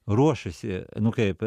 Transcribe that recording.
ruošiuosi nu kaip